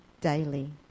daily